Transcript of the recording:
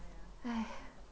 !haiya!